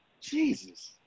Jesus